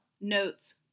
notes